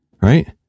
right